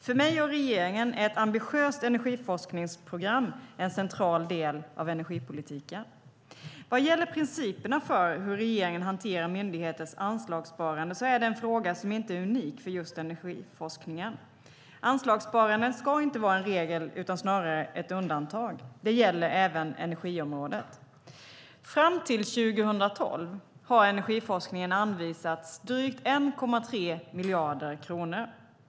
För mig och regeringen är ett ambitiöst energiforskningsprogram en central del av energipolitiken. Vad gäller principerna för hur regeringen hanterar myndigheters anslagssparande så är det en fråga som inte är unik för just energiforskningen. Anslagssparanden ska inte vara en regel utan snarare vara ett undantag. Det gäller även energiområdet. Fram till 2012 har energiforskningen anvisats drygt 1,3 miljarder kronor.